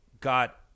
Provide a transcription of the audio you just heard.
got